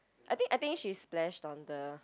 I think I think she splash on the